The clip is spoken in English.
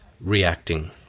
reacting